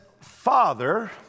Father—